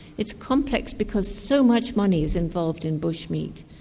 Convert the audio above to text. it's complex because so much money is involved in bush-meat.